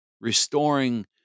restoring